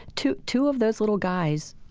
two two of those little guys